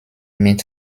mit